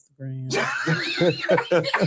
Instagram